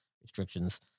restrictions